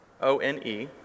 O-N-E